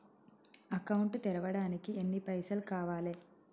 Account తెరవడానికి ఎన్ని పైసల్ కావాలే?